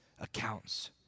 accounts